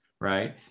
right